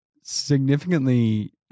significantly